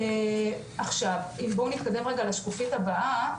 עכשיו, אם נתקדם רגע לשקופית הבאה,